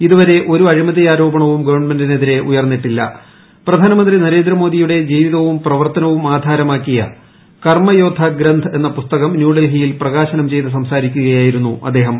ഇതിവര്ർ ഒരു അഴിമതി ആരോപണവും ഗവൺമെന്റിനെതി ഉയർന്നീട്ടില്ല് പ്രധാനമന്ത്രി നരേന്ദ്രമോദിയുടെ ജീവിതവും പ്രവർത്തനവും ആധാരമാക്കിയ കർമ്മയോദ്ധ ഗ്രന്ഥ് എന്ന പുസ്തകം ന്യൂഡിൽഹിയിൽ പ്രകാശനം ചെയ്ത് സംസാരിക്കുകയായിരുന്നു ് അദ്ദേഹം